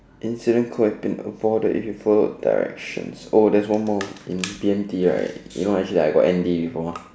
incident could have be avoided if you had followed directions oh there's one more in B_M_T right you know actually I got M_D before